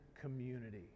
community